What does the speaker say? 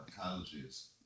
colleges